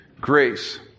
Grace